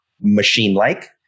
machine-like